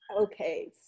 Okay